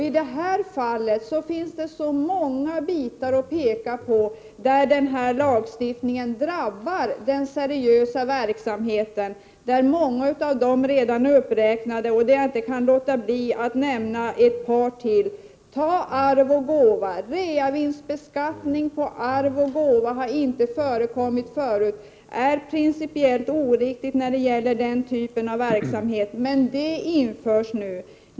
I detta fall kan man visa på många avsnitt där lagstiftningen drabbar den seriösa verksamheten. Många är redan uppräknade, men jag kan inte låta bli att nämna ett par till. Ta t.ex. arv och gåva. Reavinstbeskattning på arv och gåva har inte förekommit förut, det är principiellt oriktigt när det gäller den typen av överlåtelse, men det införs nu.